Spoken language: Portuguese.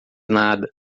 nada